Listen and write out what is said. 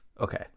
Okay